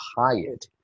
hired